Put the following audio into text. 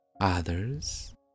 others